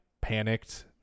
panicked